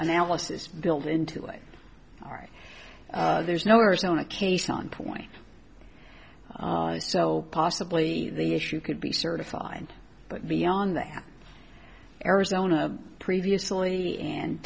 analysis built into a right there's no arizona case on point so possibly the issue could be certified but beyond that arizona previously and